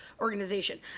organization